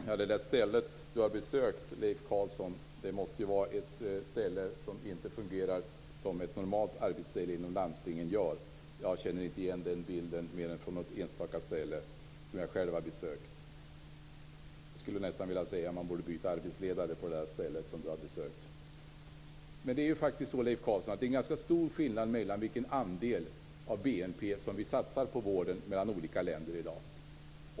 Herr talman! Det ställe som Leif Carlson har besökt måste vara ett ställe som inte fungerar som ett normalt arbetsställe inom landstinget. Jag känner inte igen den bilden mer än från något enstaka ställe som jag själv har besökt. Jag skulle nästan vilja säga att man borde byta arbetsledare på det stället. Det är ganska stor skillnad på hur stor andel av BNP som vi satsar på vården i olika länder i dag.